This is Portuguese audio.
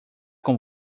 com